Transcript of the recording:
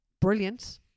brilliant